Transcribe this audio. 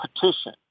petition